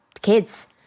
kids